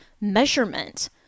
measurement